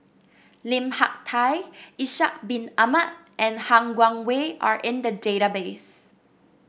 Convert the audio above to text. Lim Hak Tai Ishak Bin Ahmad and Han Guangwei are in the database